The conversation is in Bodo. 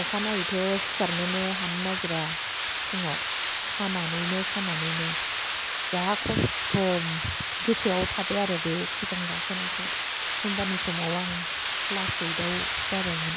अखानायैथ' सिखारनोनो हानो नागेरा फुङाव सानानैनो सानानैनो जा खस्थ' गोसोआव थाबायआरो बे सिगां गाखोनायखौ होमबानि समाव आं क्लास ओइदाव जाबायमोन